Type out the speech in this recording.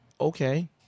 Okay